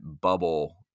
bubble